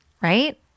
right